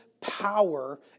power